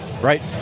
right